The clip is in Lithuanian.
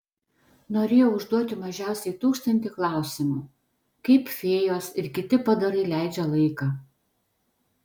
norėjau užduoti mažiausiai tūkstantį klausimų kaip fėjos ir kiti padarai leidžia laiką